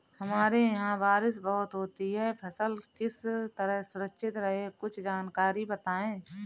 हमारे यहाँ बारिश बहुत होती है फसल किस तरह सुरक्षित रहे कुछ जानकारी बताएं?